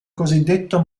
cosiddetto